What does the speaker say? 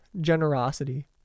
generosity